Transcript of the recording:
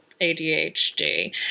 ADHD